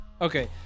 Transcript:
okay